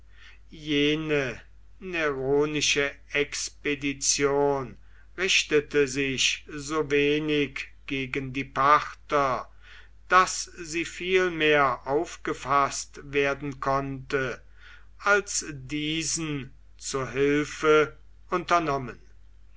jene neronische expedition richtete sich so wenig gegen die parther daß sie vielmehr aufgefaßt werden konnte als diesen zur hilfe unternommen